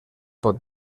pot